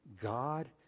God